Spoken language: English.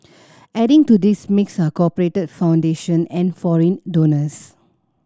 adding to this mix are corporate foundation and foreign donors